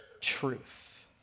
truth